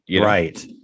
Right